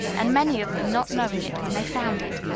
and many of them not knowing it when they found it.